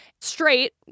Straight